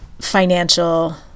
financial